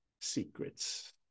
secrets